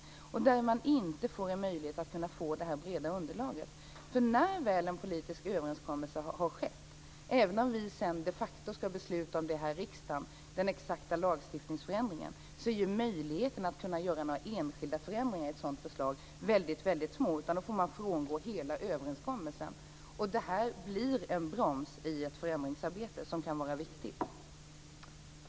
Men man får inte en möjlighet att få det breda underlaget. När väl den politiska överenskommelsen har skett - även om vi här i riksdagen de facto ska fatta beslut om den exakta lagstiftningsändringen - är möjligheten att göra några enskilda förändringar i ett sådant förslag väldigt små. Man får i så fall frångå hela överenskommelsen. Det här blir en broms i ett förändringsarbete, något som kan vara viktigt.